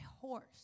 horse